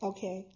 Okay